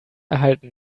erhalten